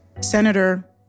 Senator